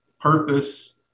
purpose